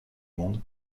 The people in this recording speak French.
monde